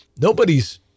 Nobody's